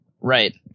Right